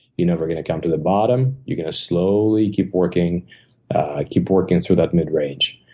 you're never gonna come to the bottom. you're gonna slowly keep working keep working through that mid-range.